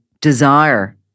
desire